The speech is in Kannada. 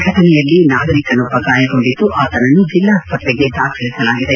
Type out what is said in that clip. ಫಟನೆಯಲ್ಲಿ ನಾಗರಿಕನೊಬ್ಬ ಗಾಯಗೊಂಡಿದ್ದು ಆತನನ್ನು ಜೆಲ್ಲಾಸ್ಪತ್ರೆಗೆ ದಾಖಲಿಸಲಾಗಿದೆ